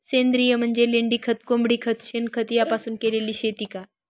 सेंद्रिय म्हणजे लेंडीखत, कोंबडीखत, शेणखत यापासून केलेली शेती का?